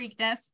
freakness